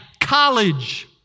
college